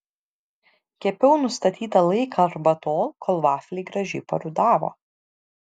kepiau nustatytą laiką arba tol kol vafliai gražiai parudavo